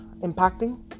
impacting